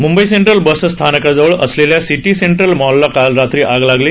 Mumbai central bus स्थानकाजवळ असलेल्या city central मॉलला काल रात्री आग लागली